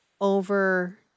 over